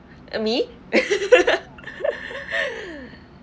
uh me